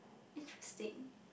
interesting